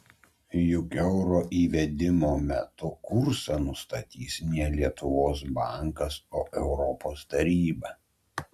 juk euro įvedimo metu kursą nustatys ne lietuvos bankas o europos taryba